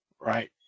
right